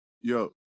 Yo